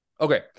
okay